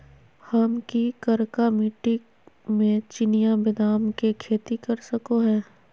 हम की करका मिट्टी में चिनिया बेदाम के खेती कर सको है?